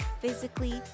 physically